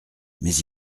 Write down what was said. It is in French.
mais